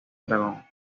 dragón